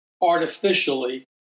artificially